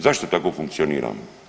Zašto tako funkcioniramo?